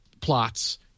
plots